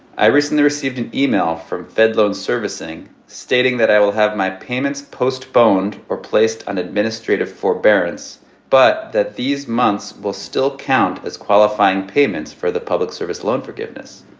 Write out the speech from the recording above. i recently received an email from fedloan servicing stating that i will have my payments postponed or placed on administrative forbearance but that these months will still count as qualifying payments for the public service loan forgiveness.